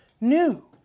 new